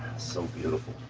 so beautiful.